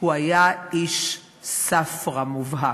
הוא היה איש "ספרא" מובהק,